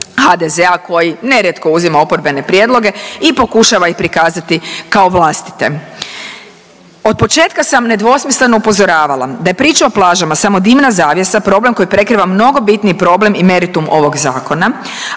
HDZ-a koji nerijetko uzima oporbene prijedloge i pokušava ih prikazati kao vlastite. Od početka sam nedvosmisleno upozoravala da je priča o plažama samo dimna zavjesa, problem koji prekriva mnogo bitniji problem i meritum ovog zakona,